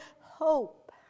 hope